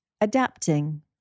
Adapting